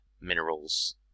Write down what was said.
minerals